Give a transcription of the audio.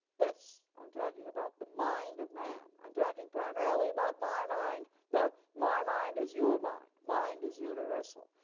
this. i'm talking about the mind of man. i'm talking primarily about my mind, but my mind is your mind. mind is universal,